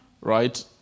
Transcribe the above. right